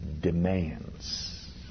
demands